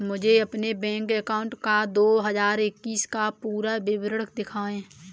मुझे अपने bank account का दो हज़ार इक्कीस का पूरा विवरण दिखाएँ?